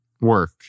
work